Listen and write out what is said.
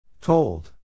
Told